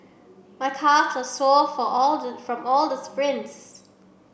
my calves are sore for all the from all the sprints